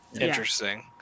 interesting